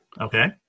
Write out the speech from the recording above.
Okay